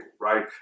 right